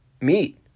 meat